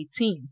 2018